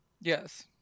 yes